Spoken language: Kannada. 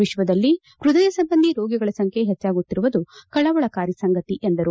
ವಿಶ್ವದಲ್ಲಿ ಪೃದಯ ಸಂಬಂಧಿ ರೋಗಿಗಳ ಸಂಖ್ಣೆ ಹೆಚ್ಚಾಗುತ್ತಿರುವುದು ಕಳವಳಕಾರಿ ಸಂಗತಿ ಎಂದರು